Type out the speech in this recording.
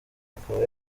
akaba